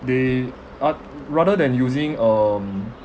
they at~ rather than using um